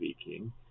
speaking